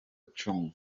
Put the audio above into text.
cumi